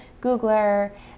Googler